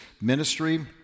ministry